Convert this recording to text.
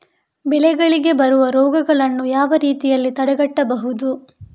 ಬೆಳೆಗಳಿಗೆ ಬರುವ ರೋಗಗಳನ್ನು ಯಾವ ರೀತಿಯಲ್ಲಿ ತಡೆಗಟ್ಟಬಹುದು?